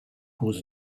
cause